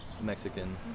Mexican